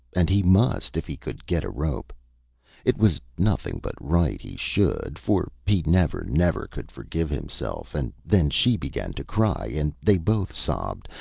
and he must, if he could get a rope it was nothing but right he should, for he never, never could forgive himself and then she began to cry, and they both sobbed,